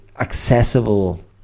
accessible